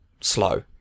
slow